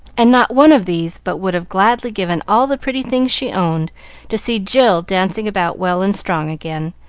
and not one of these but would have gladly given all the pretty things she owned to see jill dancing about well and strong again.